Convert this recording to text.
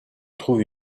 trouve